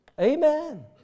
Amen